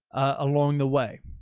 along the way.